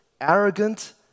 arrogant